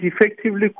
effectively